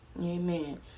Amen